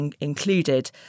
included